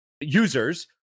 users